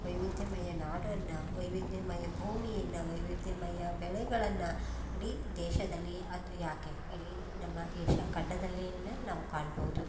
ವೈವಿಧ್ಯಮಯ ನಾಡನ್ನು ವೈವಿಧ್ಯಮಯ ಭೂಮಿಯನ್ನು ವೈವಿಧ್ಯಮಯ ಬೆಳೆಗಳನ್ನು ಇಡೀ ದೇಶದಲ್ಲಿಯೇ ಅಥ್ವಾ ಯಾಕೆ ಇಡೀ ನಮ್ಮ ಏಷ್ಯ ಖಂಡದಲ್ಲಿಯೇ ನಾವು ಕಾಣ್ಬೋದು